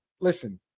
listen